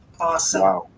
Awesome